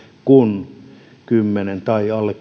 kun kymmenen tai alle